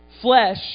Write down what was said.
flesh